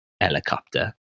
Helicopter